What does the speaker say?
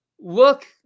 look